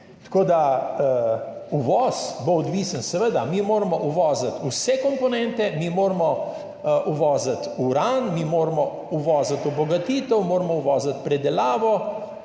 Tako bo odvisno od uvoza. Seveda, mi moramo uvoziti vse komponente, mi moramo uvoziti uran, mi moramo uvoziti obogatitev, moramo uvoziti predelavo